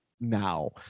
now